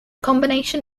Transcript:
combination